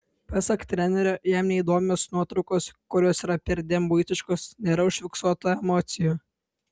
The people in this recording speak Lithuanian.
pasak trenerio jam neįdomios nuotraukos kurios yra perdėm buitiškos nėra užfiksuota emocijų